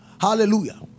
Hallelujah